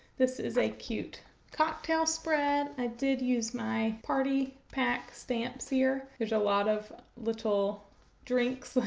this is a cute cocktail spread i did use my party pack stamps here. there's a lot of little drinks,